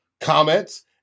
comments